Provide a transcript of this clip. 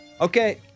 Okay